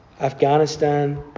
afghanistan